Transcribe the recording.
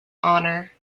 honor